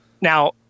Now